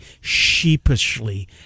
sheepishly